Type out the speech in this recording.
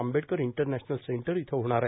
Ambedkar international centre इथं होणार आहे